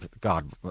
God